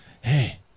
hey